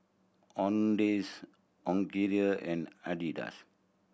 Owndays and Adidas